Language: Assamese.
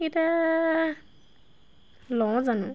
এইকেইটা লওঁ জানোঁ